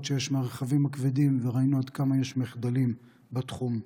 מהרכבים הכבדים וראינו עד כמה יש מחדלים בתחום.